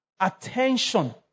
Attention